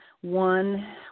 One